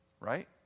right